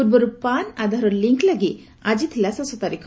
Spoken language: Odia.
ପୂର୍ବରୁ ପାନ୍ ଆଧାର ଲିଙ୍କ୍ ଲାଗି ଆଜି ଥିଲା ଶେଷ ତାରିଖ